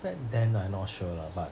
back then I not sure lah but